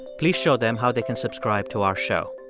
please show them how they can subscribe to our show.